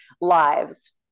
lives